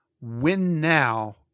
win-now